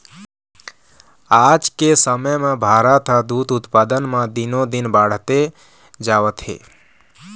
आज के समे म भारत ह दूद उत्पादन म दिनो दिन बाड़हते जावत हे